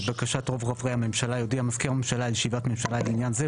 לבקשת רוב חברי הממשלה יודיע מזכיר הממשלה על ישיבת ממשלה לעניין זה,